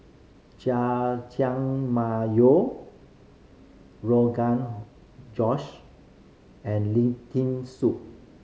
Jajangmyeon Rogan Josh and Lentil Soup